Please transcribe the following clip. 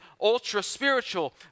ultra-spiritual